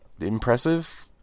impressive